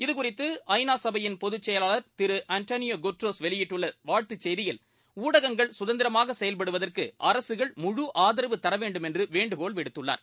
இதுகுறித்து ஐ நா சபையின் பொதுச்செயலாளர் திரு அன்டோனியோ குட்ரஸ் வெளியிட்டுள்ள வாழ்த்து செய்தியில் ஊடகங்கள் சுதந்திரமாக செயல்படுவதற்கு அரசுகள் முழு ஆதரவு தர வேண்டுமென்று வேண்டுகோள் விடுத்துள்ளார்